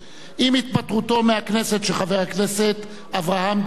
עם התפטרותו מהכנסת של חבר הכנסת אברהם דיכטר,